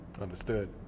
Understood